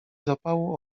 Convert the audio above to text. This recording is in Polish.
zapału